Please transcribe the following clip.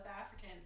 African